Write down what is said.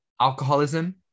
alcoholism